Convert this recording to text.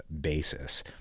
basis